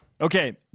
Okay